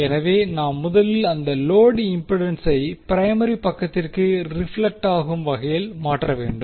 எனவே நாம் முதலில் அந்த லோடு இம்பிடன்சை பிரைமரி பக்கத்திற்கு ரிப்ளெலெக்க்டாகும் வகையில் மாற்ற வேண்டும்